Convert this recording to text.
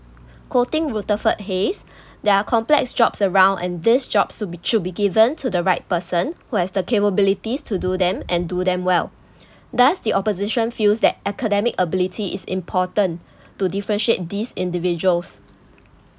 quoting rutherford hayes there are complex jobs around and this jobs should be should be given to the right person who has the capabilities to do them and do them well thus the opposition feels that academic ability is important to differentiate these individuals